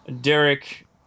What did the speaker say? Derek